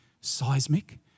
seismic